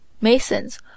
masons